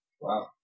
Wow